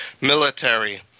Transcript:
Military